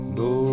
no